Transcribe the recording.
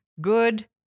Good